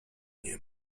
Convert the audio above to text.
nie